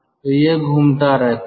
तो यह घूमता रहता है